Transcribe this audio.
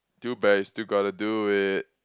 too bad you still got to do it